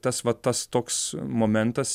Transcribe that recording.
tas va tas toks momentas